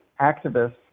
activists